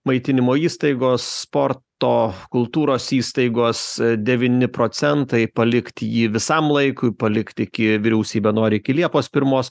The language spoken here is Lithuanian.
maitinimo įstaigos sporto kultūros įstaigos devyni procentai palikti jį visam laikui palikti iki vyriausybė nori iki liepos pirmos